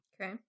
Okay